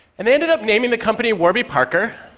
and they ended up naming the company warby parker.